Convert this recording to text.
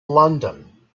london